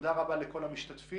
תודה רבה לכל המשתתפים.